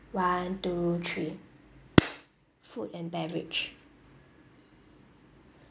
one two three food and beverage